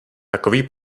takový